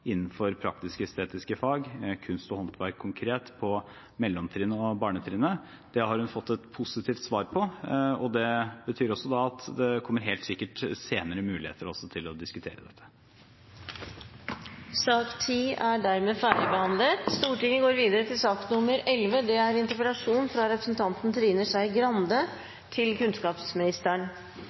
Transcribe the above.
innenfor praktisk-estetiske fag – kunst og håndverk på mellomtrinnet og ungdomstrinnet – har hun fått et positivt svar på. Det betyr at det helt sikkert kommer muligheter til å diskutere dette også senere. Da er sak nr. 10 ferdigbehandlet. Mange av oss i salen her har sikkert et hjerte for universitetsmuseene. Det